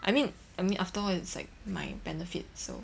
I mean I mean after all it's like my benefit so